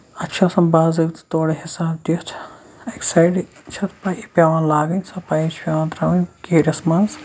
اَتھ چھُ آسان باضٲبطہٕ تورٕ حِساب دِتھ اَکہِ سایڈٕ چھِ اَتھ پایپ پیوان لاگِٕنۍ سۄ پایپ چھےٚ پیوان تراؤنۍ کیٖرِس منٛز